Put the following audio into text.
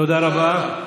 תודה רבה.